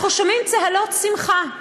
אנחנו שומעים צהלות שמחה.